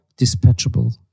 dispatchable